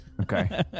Okay